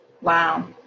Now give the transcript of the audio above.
Wow